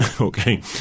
Okay